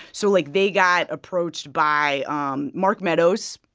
so, like, they got approached by um mark meadows,